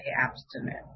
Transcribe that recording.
abstinent